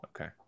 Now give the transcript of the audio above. okay